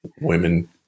women –